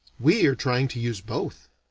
we are trying to use both.